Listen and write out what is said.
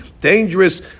dangerous